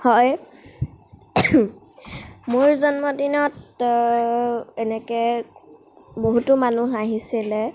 হয় মোৰ জন্মদিনত এনেকৈ বহুতো মানুহ আহিছিলে